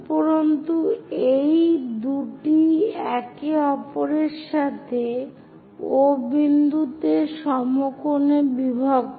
উপরন্তু এই দুটি একে অপরের সাথে O বিন্দুতে সমকোণে বিভক্ত